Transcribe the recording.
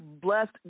blessed